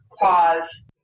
pause